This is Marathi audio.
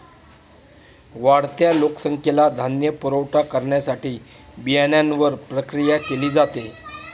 वाढत्या लोकसंख्येला धान्य पुरवठा करण्यासाठी बियाण्यांवर प्रक्रिया केली जाते